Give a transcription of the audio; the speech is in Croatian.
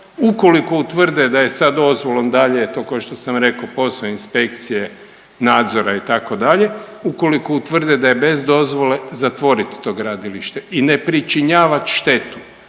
Ukoliko utvrde da je sa dozvolom dalje je kao što sam rekao posao inspekcije, nadzora itd., ukoliko utvrde da je bez dozvole zatvorit to gradilište i ne pričinjavat štetu